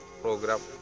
program